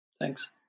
thanks